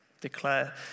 Declare